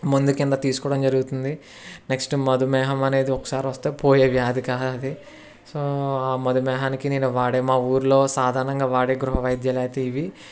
ముందు కింద తీసుకోవడం జరుగుతుంది నెక్స్ట్ మధుమేహం అనేది ఒకసారి వస్తే పోయే వ్యాధి కాదు అది సో మధుమేహానికి నేను వాడే మా ఊళ్ళో సాధారణంగా వాడే గృహ వైద్యాలు అయితే ఇవి